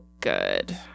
good